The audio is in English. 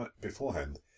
beforehand